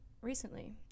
recently